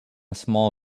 small